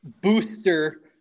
booster